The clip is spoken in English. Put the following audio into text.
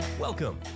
Welcome